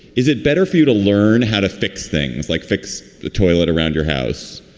is it better for you to learn how to fix things like fix the toilet around your house